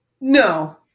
No